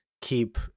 keep